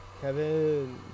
Kevin